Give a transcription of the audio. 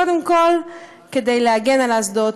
קודם כול כדי להגן על האסדות.